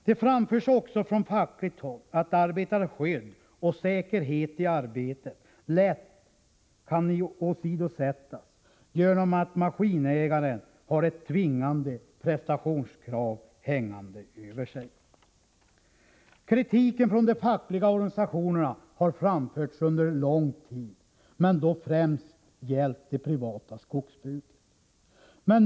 Det framhålls också från fackligt håll att arbetarskydd och säkerhet i arbetet lätt kan åsidosättas genom att maskinägaren har ett tvingande prestationskrav hängande över sig. Kritiken från de fackliga organisationerna har framförts under lång tid men har då främst gällt det privata skogsbruket.